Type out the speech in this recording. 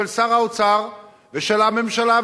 של שר האוצר ושל הממשלה,